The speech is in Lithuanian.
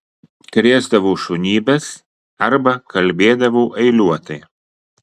krėsdavau šunybes arba kalbėdavau eiliuotai